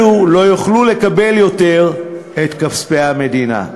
אלו לא יוכלו לקבל עוד את כספי המדינה.